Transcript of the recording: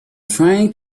trying